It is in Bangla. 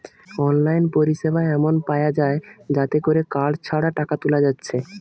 অনলাইন পরিসেবা এমন পায়া যায় যাতে কোরে কার্ড ছাড়া টাকা তুলা যাচ্ছে